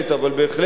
אבל בהחלט,